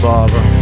Father